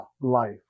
Life